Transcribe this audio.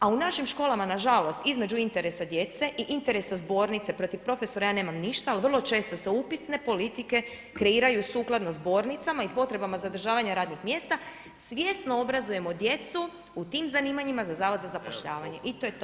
A u našim školama na žalost između interesa djece i interesa zbornice, protiv profesora ja nemam ništa, ali vrlo često se upisne politike kreiraju sukladno zbornicama i potrebama zadržavanja radnih mjesta, svjesno obrazujemo djecu u tim zanimanjima za Zavod za zapošljavanje i to je to.